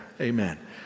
Amen